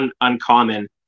uncommon